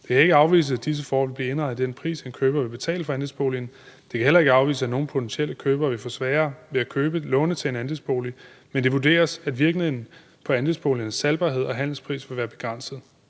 Det kan ikke afvises, at disse forhold vil blive indregnet i den pris, en køber vil betale for andelsboligen. Det kan heller ikke afvises, at nogle potentielle købere vil få sværere ved at låne til en andelsbolig, men det vurderes, at virkningen på andelsboligernes salgbarhed og handelspris vil være begrænset.